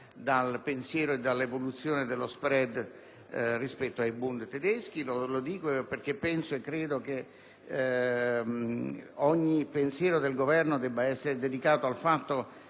dal pensiero e dall'evoluzione dello *spread* rispetto ai *bund* tedeschi. Lo dico perché penso e credo che ogni pensiero del Governo debba essere dedicato al fatto